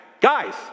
guys